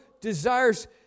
desires